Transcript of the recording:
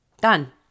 Done